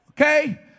Okay